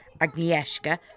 Agnieszka